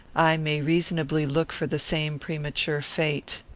i may reasonably look for the same premature fate.